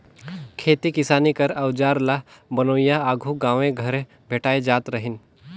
खेती किसानी कर अउजार ल बनोइया आघु गाँवे घरे भेटाए जात रहिन